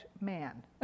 man